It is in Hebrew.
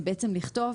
לכתוב